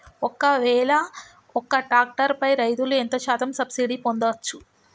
ఒక్కవేల ఒక్క ట్రాక్టర్ పై రైతులు ఎంత శాతం సబ్సిడీ పొందచ్చు?